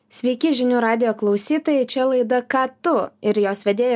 sveiki žinių radijo klausytojai čia laida ką tu ir jos vedėja